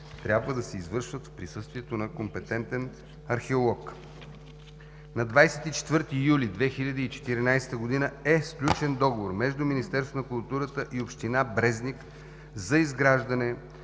трябва да се извършват в присъствието на компетентен археолог. На 24 юли 2014 г. е сключен договор между Министерството на културата и община Брезник за изграждане